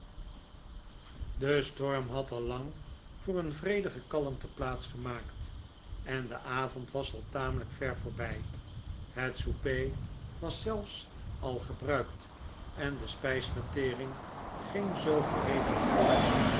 de storm had al lang voor een vredige kalmte plaats gemaakt en de avond was al tamelijk ver voorbij het souper was zelfs al gebruikt en de spijsvertering ging zoo geregeld voort